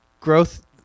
growth